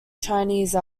chinese